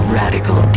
radical